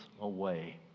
away